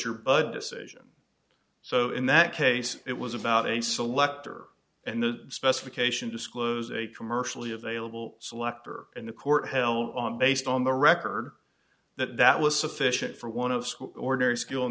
your bud decision so in that case it was about a selector and the specification disclose a commercially available selector and the court held on based on the record that that was sufficient for one of ordinary skill